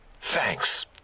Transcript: Thanks